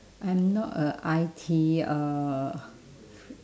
I'm not a I_T uh